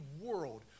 world